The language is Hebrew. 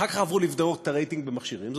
אחר כך עברו לבדוק את הרייטינג במכשירים,